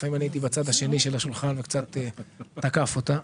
לפעמים הייתי בצד השני של השולחן וקצת תקפתי אותה,